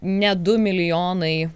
ne du milijonai